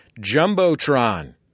Jumbotron